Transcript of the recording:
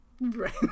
Right